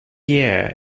year